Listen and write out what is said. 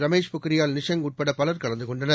ரமேஷ் பொக்ரியால் நிஷாங் உட்பட பலர் கலந்து கொண்டனர்